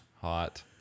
Hot